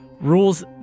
rules